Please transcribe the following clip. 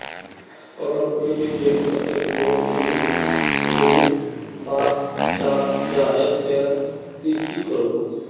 अगर कोई भी बैंक कतेक लोन नी दूध बा चाँ जाहा ते ती की करबो?